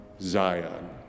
Zion